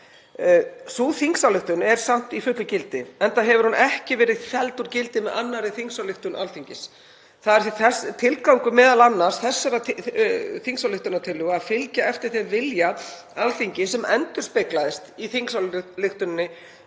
Sú þingsályktun er samt í fullu gildi enda hefur hún ekki verið felld úr gildi með annarri ályktun Alþingis. Það er því tilgangur m.a. þessarar þingsályktunartillögu að fylgja eftir þeim vilja Alþingis sem endurspeglaðist í þingsályktuninni